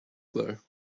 though